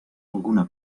alguna